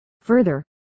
Further